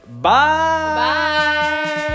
Bye